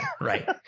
Right